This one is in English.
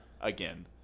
again